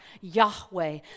Yahweh